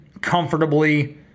comfortably